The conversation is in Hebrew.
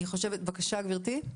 בבקשה גברתי.